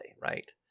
right